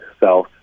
south